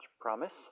promise